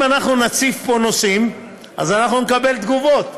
אם אנחנו נציף פה נושאים אז אנחנו נקבל תגובות,